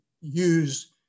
use